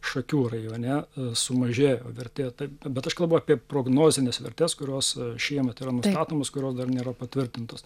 šakių rajone sumažėjo vertė tai bet aš kalbu apie prognozines vertes kurios šiemet yra nustatomos kurios dar nėra patvirtintos